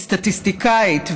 היא סטטיסטיקאית,